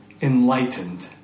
enlightened